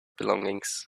belongings